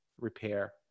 repair